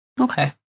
okay